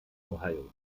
ohio